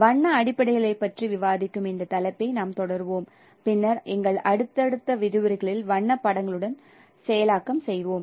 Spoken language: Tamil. வண்ண அடிப்படைகளைப் பற்றி விவாதிக்கும் இந்த தலைப்பை நாம் தொடருவோம் பின்னர் எங்கள் அடுத்தடுத்த விரிவுரைகளில் வண்ண படங்களுடன் செயலாக்கம் செய்வோம்